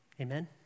Amen